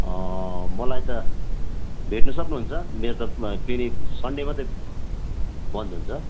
मलाई त भेट्नु सक्नुहुन्छ मेरो त क्लिनिक सन्डे मात्रै बन्द हुन्छ